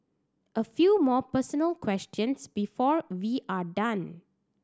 a few more personal questions before we are done